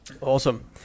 Awesome